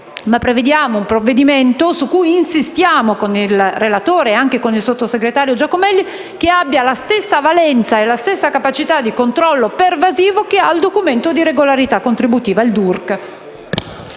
Prevediamo un provvedimento, su cui insistiamo con il relatore e con il sottosegretario Giacomelli, che abbia la stessa valenza e la stessa capacità di controllo pervasivo che ha il documento di regolarità contributiva (DURC).